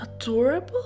adorable